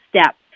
step